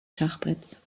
schachbretts